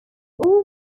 all